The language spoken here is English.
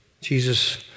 Jesus